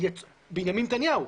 בנימין נתניהו,